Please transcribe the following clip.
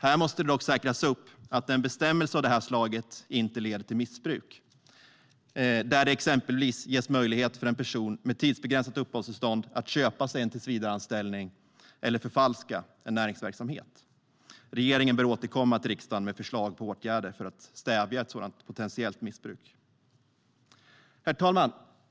Här måste det dock säkras att en bestämmelse av det här slaget inte leder till missbruk där det exempelvis ges möjlighet för en person med tidsbegränsat uppehållstillstånd att köpa sig en tillsvidareanställning eller förfalska en näringsverksamhet. Regeringen bör återkomma till riksdagen med förslag på åtgärder för att stävja ett sådant potentiellt missbruk. Herr talman!